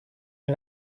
you